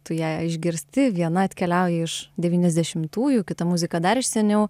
tu ją išgirsti viena atkeliauja iš devyniasdešimtųjų kita muzika dar iš seniau